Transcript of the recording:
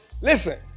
listen